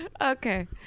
Okay